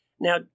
Now